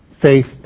faith